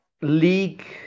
League